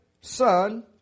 son